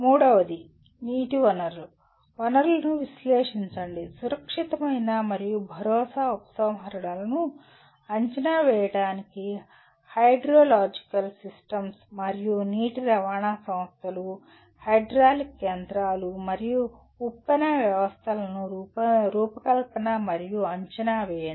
మూడవది నీటి వనరు వనరులను విశ్లేషించండి సురక్షితమైన మరియు భరోసా ఉపసంహరణలను అంచనా వేయడానికి హైడ్రోలాజికల్ సిస్టమ్స్ మరియు నీటి రవాణా వ్యవస్థలు హైడ్రాలిక్ యంత్రాలు మరియు ఉప్పెన వ్యవస్థలను రూపకల్పన మరియు అంచనా వేయండి